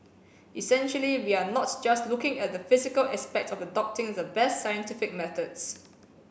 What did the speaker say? essentially we are not just looking at the physical aspect of adopting the best scientific methods